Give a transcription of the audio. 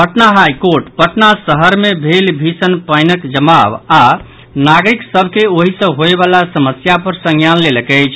Patna high court Patna शहर मे भेल भीषण पानिक जमाव आओर नागरिक सभ के ओहि सॅ होबयवला समस्या पर संज्ञान लेलक अछि